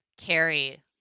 Carrie